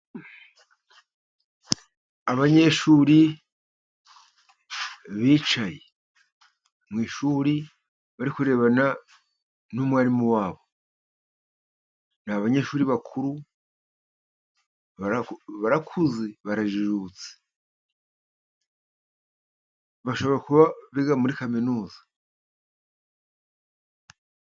Abanyeshuri bicaye mu ishuri, bari kurebana na mwarimu wa bo. Ni abanyeshuri bakuru, barakuze, barajijutse. Bashobora kuba biga muri kaminuza.